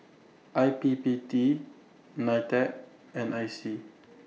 I P P T NITEC and I C